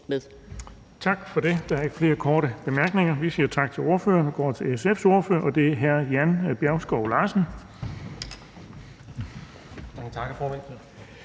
Tak for det. Der er ikke flere korte bemærkninger. Vi siger tak til ordføreren og går videre til SF's ordfører, og det hr. Jan Bjergskov Larsen.